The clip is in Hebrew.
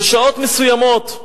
בשעות מסוימות,